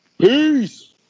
Peace